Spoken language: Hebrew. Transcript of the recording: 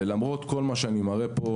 ולמרות כל מה שאני מראה פה,